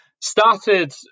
started